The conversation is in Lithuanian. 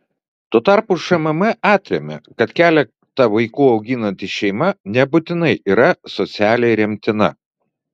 tuo tarpu šmm atremia kad keletą vaikų auginanti šeima nebūtinai yra socialiai remtina